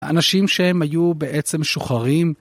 אנשים שהם היו בעצם שוחרים.